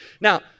Now